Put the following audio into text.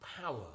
power